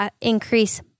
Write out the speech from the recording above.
increase